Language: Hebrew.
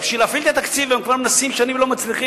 רק שבשביל להפעיל את התקציב הם כולם מנסים ושנים לא מצליחים.